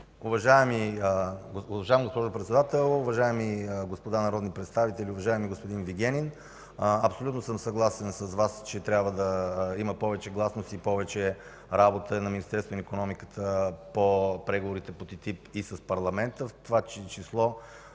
Уважаеми господин Председател, уважаеми господа народни представители! Уважаеми господин Вигенин, абсолютно съм съгласен с Вас, че трябва да има повече гласност и повече работа на Министерството на икономиката по преговорите по ТТИП и с парламента. В това число